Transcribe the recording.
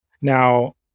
now